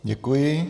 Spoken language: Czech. Děkuji.